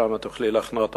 שם תוכלי לחנות,